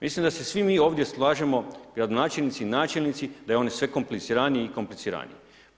Mislim da se svi mi ovdje slažemo gradonačelnici, načelnici da je on sve kompliciraniji i kompliciraniji.